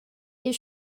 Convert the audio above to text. est